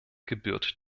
gebührt